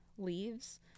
leaves